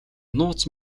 нууц